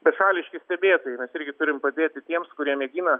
bešališki stebėtojai mes irgi turim padėti tiems kurie mėgina